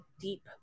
deep